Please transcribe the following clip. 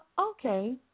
okay